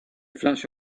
flash